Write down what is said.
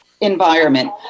environment